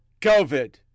COVID